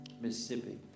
Mississippi